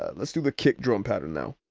ah let's do the kick drum pattern now.